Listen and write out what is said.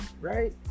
right